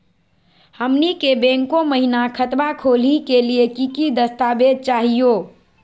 हमनी के बैंको महिना खतवा खोलही के लिए कि कि दस्तावेज चाहीयो?